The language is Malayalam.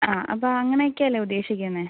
ആ അപ്പോൾ അങ്ങനെയൊക്കെ അല്ലേ ഉദ്ദേശിക്കുന്നത്